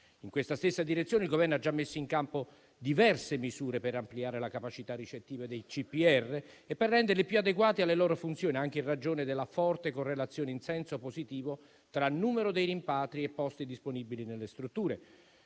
In questa stessa direzione, il Governo ha già messo in campo diverse misure per ampliare la capacità ricettiva dei CPR e renderli più adeguati alle loro funzioni, anche in ragione della forte correlazione in senso positivo tra il numero dei rimpatri e i posti disponibili nelle strutture.